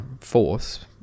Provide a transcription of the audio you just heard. force